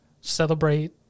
celebrate